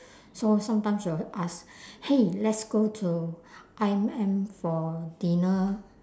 so sometimes she will ask hey let's go to I_M_M for dinner